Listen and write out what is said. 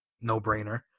No-brainer